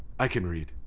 i can read.